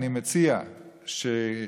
אני מציע לחזור,